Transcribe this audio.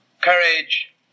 courage